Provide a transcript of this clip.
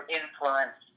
influence